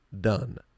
done